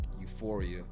euphoria